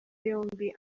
yombi